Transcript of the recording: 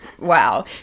wow